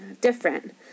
different